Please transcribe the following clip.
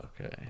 Okay